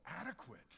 adequate